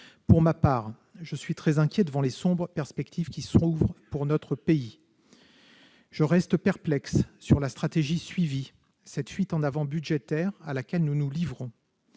Pour ma part, je suis très inquiet des sombres perspectives qui s'ouvrent pour notre pays. Je reste perplexe devant la stratégie suivie, cette fuite en avant budgétaire marquée par un